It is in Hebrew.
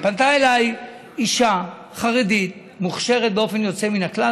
פנתה אליי אישה חרדית מוכשרת באופן יוצא מן הכלל,